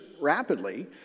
rapidly